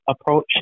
approach